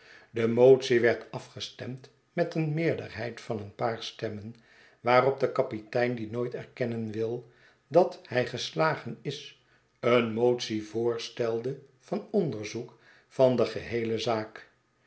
de motie werd afgestemd met een meerderheid van een paar stemmen waarop de kapitein die nooit erkennen wil dat hij geslagen is een motie voorstelde van onderzoek van de geheele zaak